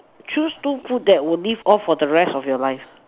choose two food that would live off for the rest of your life